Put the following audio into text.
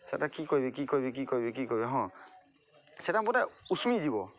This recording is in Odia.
ସେଟା କି କହିବି କି କହିବି କି କହିବି କି କହିବି ହଁ ସେଟା ପୁରା ଉଷୁମି ଯିବ